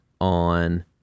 on